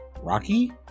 Rocky